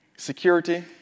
Security